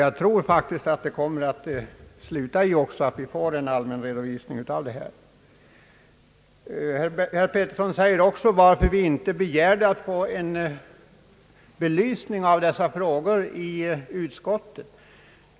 Jag tror faktiskt att det också kommer att sluta med att vi får en sådan allmän redovisning av detta ärende. Herr Petersson frågar också varför vi inte begärde att få en belysning av dessa frågor i utskottet.